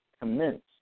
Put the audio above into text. commence